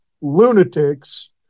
lunatics